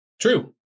True